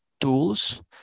tools